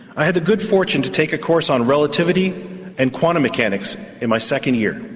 i had the good fortune to take a course on relativity and quantum mechanics in my second year.